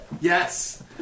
Yes